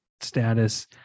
status